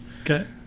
okay